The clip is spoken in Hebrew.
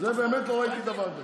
באמת לא ראיתי דבר כזה.